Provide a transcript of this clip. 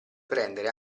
prendere